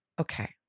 Okay